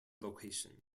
location